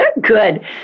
Good